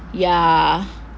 ya